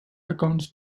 accounts